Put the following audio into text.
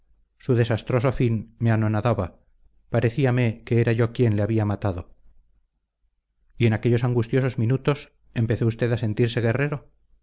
su desastroso fin me anonadaba parecíame que era yo quien le había matado y en aquellos angustiosos minutos empezó usted a sentirse guerrero